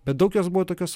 bet daug jos buvo tokios